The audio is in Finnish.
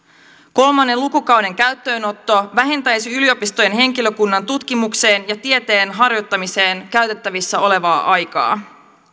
kolmannen lukukauden käyttöönotto vähentäisi yliopistojen henkilökunnan tutkimukseen ja tieteen harjoittamiseen käytettävissä olevaa aikaa